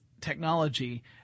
technology